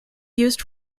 used